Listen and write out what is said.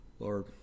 Lord